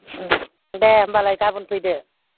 उम दे होमब्लालायय गाबोन फैदो